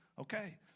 Okay